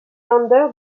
länder